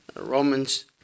Romans